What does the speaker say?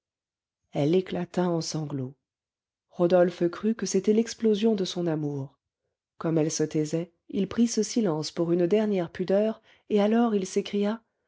elle éclata en sanglots rodolphe crut que c'était l'explosion de son amour comme elle se taisait il prit ce silence pour une dernière pudeur et alors il s'écria